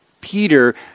Peter